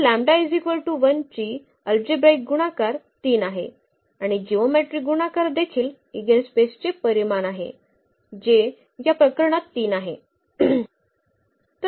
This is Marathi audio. तर λ 1 ची अल्जेब्राईक गुणाकार 3 आहे आणि जिओमेट्रीक गुणाकार देखील इगेनस्पेसचे परिमाण आहे जे या प्रकरणात 3 आहे